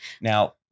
Now